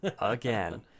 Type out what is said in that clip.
again